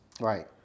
Right